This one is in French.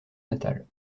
natale